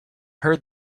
heard